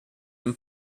and